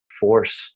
force